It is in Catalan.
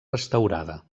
restaurada